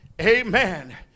Amen